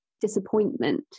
disappointment